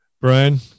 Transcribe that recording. Brian